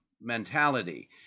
mentality